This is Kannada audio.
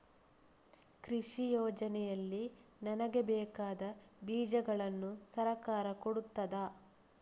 ಕೃಷಿ ಯೋಜನೆಯಲ್ಲಿ ನನಗೆ ಬೇಕಾದ ಬೀಜಗಳನ್ನು ಸರಕಾರ ಕೊಡುತ್ತದಾ?